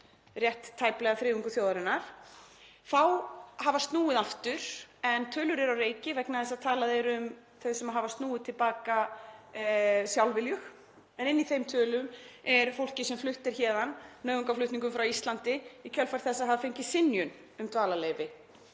rétt tæplega þriðjungur þjóðarinnar, og fá hafa snúið aftur en tölur eru á reiki vegna þess að talað er um þau sem hafa snúið til baka sjálfviljug en inni í þeim tölum er fólkið sem flutt er héðan nauðungarflutningum frá Íslandi í kjölfar þess að hafa fengið synjun um dvalarleyfi.